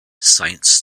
science